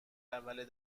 اول